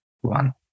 One